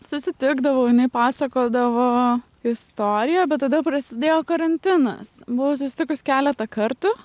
susitikdavau jinai pasakodavo istoriją bet tada prasidėjo karantinas buvau susitikus keletą kartų